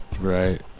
Right